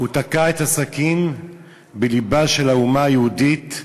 הוא תקע את הסכין בלבה של האומה היהודית,